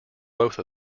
both